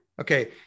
Okay